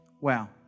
wow